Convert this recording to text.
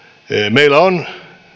meillä on